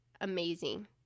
amazing